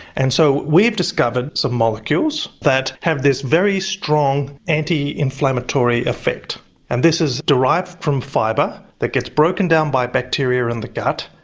and so we've discovered some molecules that have this very strong anti-inflammatory affect and this is derived from fibre, that gets broken down by bacteria in the gut,